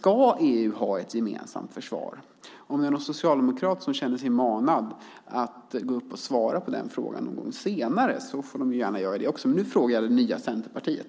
Ska EU ha ett gemensamt försvar? Om det finns någon socialdemokrat som känner sig manad att gå upp och svara på den frågan någon gång senare får han eller hon gärna göra det också. Men nu frågar jag det nya Centerpartiet.